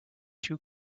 two